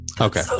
okay